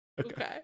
Okay